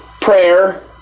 Prayer